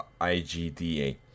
IGDA